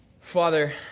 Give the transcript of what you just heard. Father